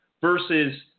Versus